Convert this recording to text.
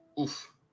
oof